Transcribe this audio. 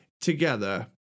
together